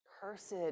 Cursed